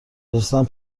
نشستن